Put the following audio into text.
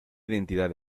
identidad